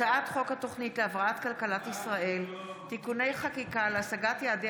הצעת חוק התוכנית להבראת כלכלת ישראל (תיקוני חקיקה להשגת יעדי